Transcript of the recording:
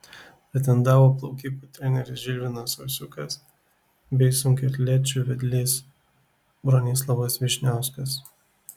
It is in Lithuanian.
pretendavo plaukikų treneris žilvinas ovsiukas bei sunkiaatlečių vedlys bronislovas vyšniauskas